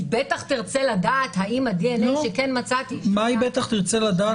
היא בטח תרצה לדעת האם הדנ"א שכן מצאתי --- מה היא בטח תרצה לדעת,